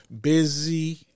busy